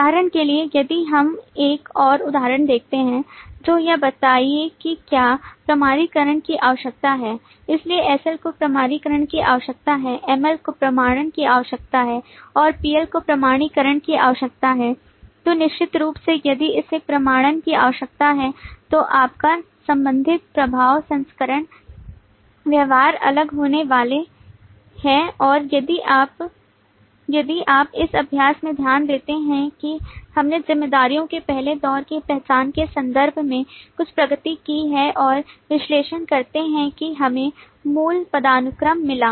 उदाहरण के लिए यदि हम एक और उदाहरण देखते हैं तो यह बताइए कि क्या प्रमाणीकरण की आवश्यकता है इसलिए SL को प्रमाणीकरण की आवश्यकता है ML को प्रमाणन की आवश्यकता है और PL को प्रमाणीकरण की आवश्यकता है तो निश्चित रूप से यदि उसे प्रमाणन की आवश्यकता है तो आपका अंतिम प्रभावी प्रसंस्करण व्यवहार अलग होने वाला है और यदि आप यदि आप इस अभ्यास में ध्यान देते हैं कि हमने जिम्मेदारियों के पहले दौर की पहचान के संदर्भ में कुछ प्रगति की है और विश्लेषण करते हैं कि हमें मूल पदानुक्रम मिला